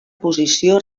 posició